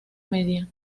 media